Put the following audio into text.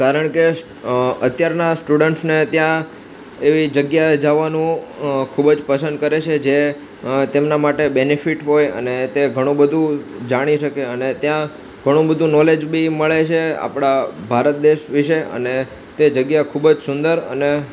કારણ કે અત્યારના સ્ટુડન્ટ્સને ત્યાં એવી જગ્યાએ જાવાનું ખૂબ જ પસંદ કરે છે જે તેમના માટે બેનિફિટ હોય અને તે ઘણું બધુ જાણી શકે અને ત્યાં ઘણું બધુ નોલેજ બી મળે છે આપણા ભારત દેશ વિશે અને તે જગ્યા ખૂબ જ સુંદર અને